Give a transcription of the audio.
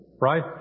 right